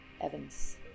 Evans